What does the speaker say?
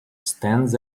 stands